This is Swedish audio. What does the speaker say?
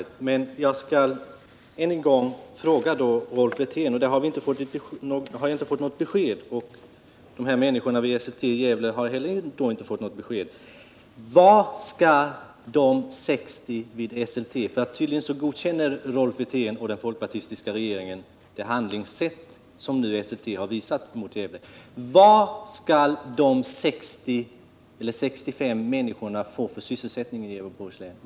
Varken jag eller de anställda vid Esselte i Gävle har fått något besked om vad de 60-65 anställda vid Esselte i Gävle — tydligen godkänner Rolf Wirtén och den folkpartistiska regeringen Esseltes handlingssätt här — skall få för sysselsättning.